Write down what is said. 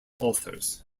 authors